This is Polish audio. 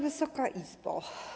Wysoka Izbo!